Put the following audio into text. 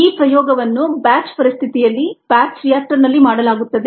ಈ ಪ್ರಯೋಗವನ್ನು ಬ್ಯಾಚ್ ಪರಿಸ್ಥಿತಿಯಲ್ಲಿ ಬ್ಯಾಚ್ ರಿಯಾಕ್ಟರ್ನಲ್ಲಿ ಮಾಡಲಾಗುತ್ತದೆ